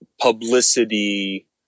publicity